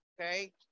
okay